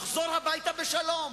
לחזור הביתה בשלום.